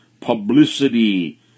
publicity